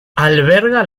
alberga